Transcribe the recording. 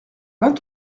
vingt